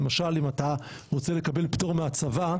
למשל אם אתה רוצה לקבל פטור מהצבא,